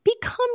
become